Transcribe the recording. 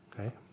Okay